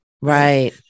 Right